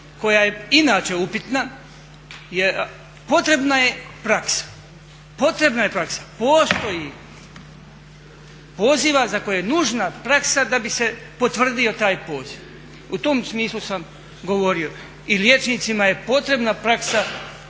koja je inače upitna potrebna je praksa, potrebna je praksa. Postoji poziva za koje je nužna praksa da bi se potvrdio taj poziv. U tom smislu sam govorio. I liječnicima je potrebna praksa